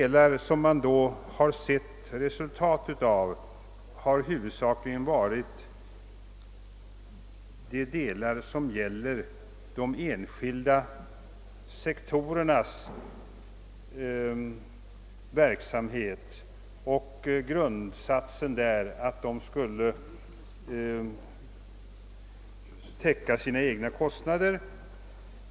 De delar av beslutet som börjat ge synbara resultat har huvudsakligen avsett den företagsekonomiska delen, nämligen målsättningen att olika trafikgrenar skall täcka sina egna kostnader.